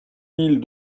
mille